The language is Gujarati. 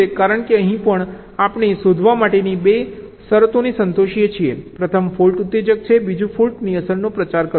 કારણ કે અહીં પણ આપણે શોધવા માટેની 2 શરતોને સંતોષીએ છીએ પ્રથમ ફોલ્ટ્ ઉત્તેજક છે બીજું ફોલ્ટ્ની અસરનો પ્રચાર કરવો